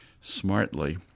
smartly